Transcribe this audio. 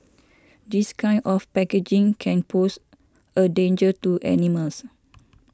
this kind of packaging can pose a danger to animals